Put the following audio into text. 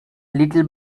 little